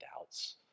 doubts